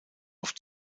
auf